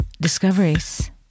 discoveries